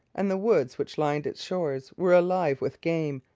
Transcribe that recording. and the woods which lined its shores were alive with game,